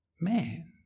man